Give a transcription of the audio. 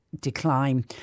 decline